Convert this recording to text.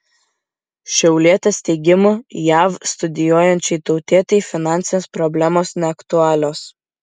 šiaulietės teigimu jav studijuojančiai tautietei finansinės problemos neaktualios